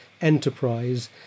enterprise